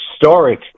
historic